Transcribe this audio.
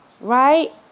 Right